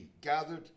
gathered